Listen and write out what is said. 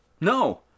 No